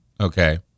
okay